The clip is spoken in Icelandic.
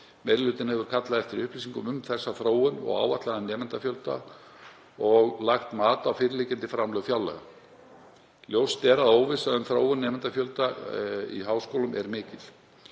hlutinn hefur kallað eftir upplýsingum um þá þróun og áætlaðan nemendafjölda og lagt mat á fyrirliggjandi framlög fjárlaga. Ljóst er að óvissa um þróun nemendafjölda í háskólunum er mikil,